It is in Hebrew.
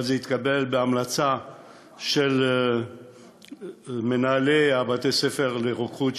אבל זה התקבל בהמלצה של מנהלי בתי-הספר לרוקחות,